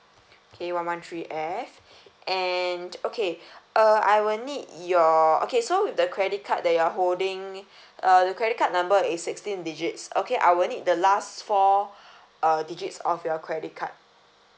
okay one one three F and okay uh I will need your okay so the credit card that you're holding uh the credit card number is sixteen digits okay I will need the last four uh digits of your credit card